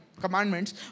commandments